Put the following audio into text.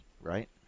right